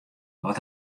wat